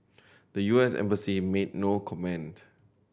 the U S embassy made no comment